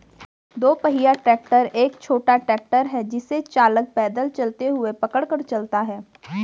दो पहिया ट्रैक्टर एक छोटा ट्रैक्टर है जिसे चालक पैदल चलते हुए पकड़ कर चलाता है